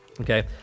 Okay